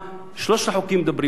שלושת החוקים אומרים אותו הדבר.